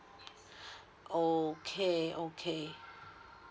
okay okay